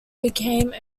became